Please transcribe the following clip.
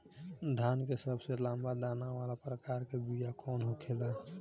धान के सबसे लंबा दाना वाला प्रकार के बीया कौन होखेला?